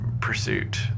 pursuit